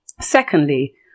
Secondly